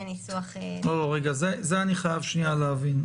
לא, זה אני חייב להבין.